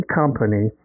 company